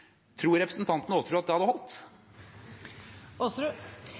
Tror representanten Aasrud at det hadde holdt?